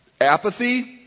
Apathy